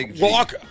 walk